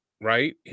right